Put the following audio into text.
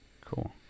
Cool